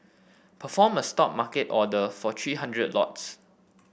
perform a Stop market order for three hundred lots